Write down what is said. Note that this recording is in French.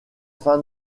fin